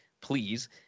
please